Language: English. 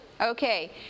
Okay